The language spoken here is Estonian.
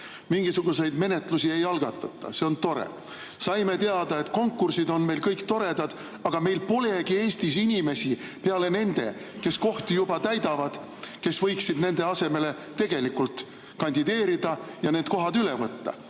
mingisuguseid menetlusi ei algatata – see on tore. Saime teada, et konkursid on meil kõik toredad, aga meil polegi Eestis inimesi peale nende, kes kohti juba täidavad, kes võiksid nende asemele tegelikult kandideerida ja need kohad üle võtta.